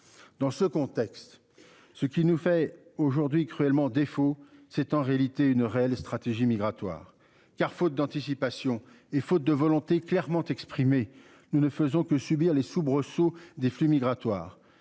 Dans ce contexte, ce qui nous fait aujourd'hui cruellement défaut c'est en réalité une réelle stratégie migratoire car faute d'anticipation et faute de volonté clairement exprimée. Nous ne faisons que subir les soubresauts des flux migratoires.